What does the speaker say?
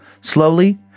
slowly